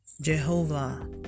Jehovah